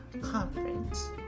conference